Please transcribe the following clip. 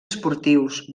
esportius